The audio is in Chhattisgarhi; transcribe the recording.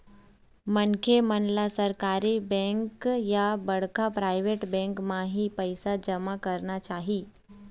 मनखे मन ल सरकारी बेंक या बड़का पराबेट बेंक म ही पइसा जमा करना चाही